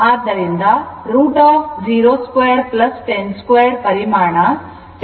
ಆದ್ದರಿಂದ ಪರಿಮಾಣ √0 2 10 2 10 √ 2 ಆಗುತ್ತದೆ